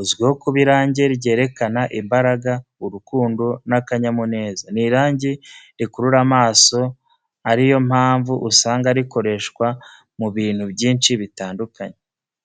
uzwiho kuba irangi ryerekana imbaraga, urukundo, n’akanyamuneza. Ni irangi rikurura amaso, ari yo mpamvu usanga rikoreshwa mu bintu byinshi bitandukanye.